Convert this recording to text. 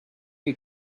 you